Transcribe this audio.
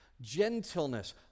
gentleness